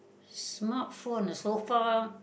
smart phone ah so far